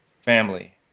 family